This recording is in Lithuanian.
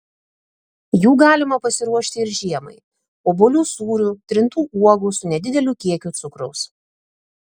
jų galima pasiruošti ir žiemai obuolių sūrių trintų uogų su nedideliu kiekiu cukraus